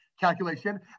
calculation